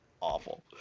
Awful